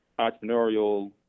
entrepreneurial